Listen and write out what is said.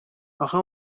اخه